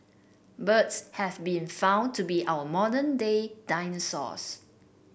birds have been found to be our modern day dinosaurs